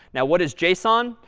now, what is json?